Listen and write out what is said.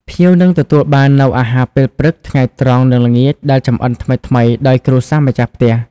ភ្ញៀវនឹងទទួលបាននូវអាហារពេលព្រឹក ថ្ងៃត្រង់ និងល្ងាចដែលចម្អិនថ្មីៗដោយគ្រួសារម្ចាស់ផ្ទះ។